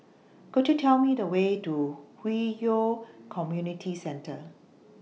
Could YOU Tell Me The Way to Hwi Yoh Community Centre